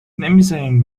نمیزارین